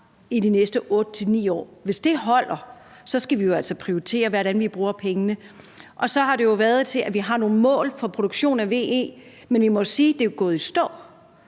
de næste 8-9 år, og hvis det holder, skal vi jo altså prioritere, hvordan vi bruger pengene. Vi har jo nogle mål for produktion af VE, men vi må jo sige, at det er gået i stå,